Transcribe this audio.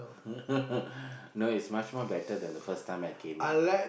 no it's much more better than the first time I came in